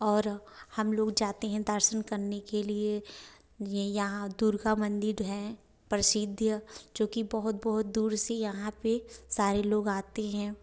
और हम लोग जाते हैं दर्शन करने के लिए यहाँ दुर्गा मंदिर है प्रसिद्ध है जो कि बहुत बहुत दूर दूर से यहाँ सारे लोग आते हैं